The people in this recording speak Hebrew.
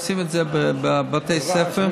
עושים את זה בבתי ספר,